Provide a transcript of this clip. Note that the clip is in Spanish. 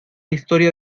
historia